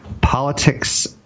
Politics